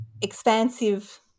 expansive